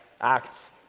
Acts